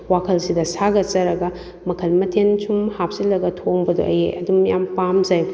ꯋꯥꯈꯜꯁꯤꯗ ꯁꯥꯒꯠꯆꯔꯒ ꯃꯈꯜ ꯃꯊꯦꯜ ꯁꯨꯝ ꯍꯥꯞꯆꯜꯂꯒ ꯊꯣꯡꯕꯗꯣ ꯑꯩ ꯑꯗꯨꯝ ꯌꯥꯝ ꯄꯥꯝꯖꯩ